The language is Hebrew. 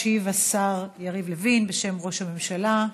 ישיב השר יריב לוין, בשם ראש הממשלה.